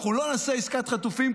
אנחנו לא נעשה עסקת חטופים,